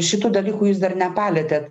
šitų dalykų jūs dar nepalietėt